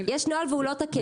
אז יש נוהל והוא לא תקף.